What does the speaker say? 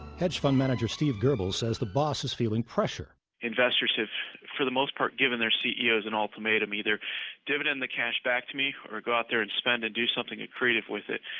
hedge-fund manager steve gerbel says the boss is feeling pressure investors have for the most part given their ceos an ultimatum either dividend the cash back to me, or go out there and spend and do something creative with it.